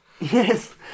Yes